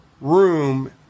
room